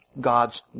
God's